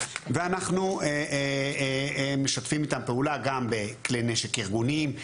ואנחנו משתפים איתם פעולה גם בכלי נשק ארגוניים,